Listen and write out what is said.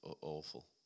awful